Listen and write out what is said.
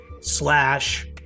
slash